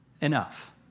enough